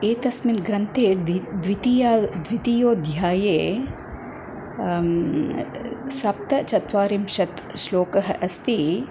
एतस्मिन् ग्रन्थे द्वि द्वितीय द्वितीयोध्याये सप्तचत्वारिंशत् श्लोकाः अस्ति